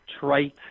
trite